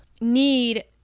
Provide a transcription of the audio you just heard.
need